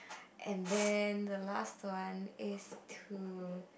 and then the last one is to